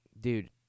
dude